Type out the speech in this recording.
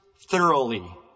thoroughly